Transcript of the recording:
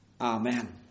Amen